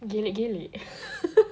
gelek gelek